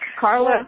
Carla